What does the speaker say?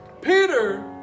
Peter